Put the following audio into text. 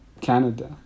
Canada